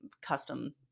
custom